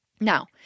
Now